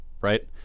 right